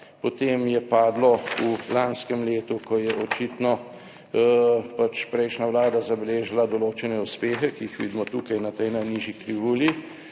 potem je padlo v lanskem letu, ko je očitno pač prejšnja Vlada zabeležila določene uspehe, ki jih vidimo tukaj na tej najnižji krivulji,